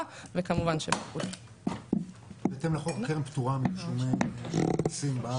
וכמובן --- בהתאם לחוק הקרן פטור ממיסים בארץ